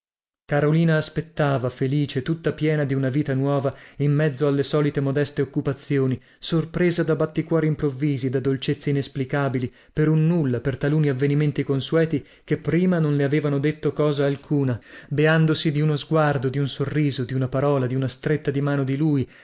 carolina aspettava felice tutta piena di una vita nuova in mezzo alle solite modeste occupazioni sorpresa da batticuori improvvisi da dolcezze inesplicabili per un nulla per taluni avvenimenti consueti che prima non le avevano detto cosa alcuna beandosi di uno sguardo di un sorriso di una parola di una stretta di mano di lui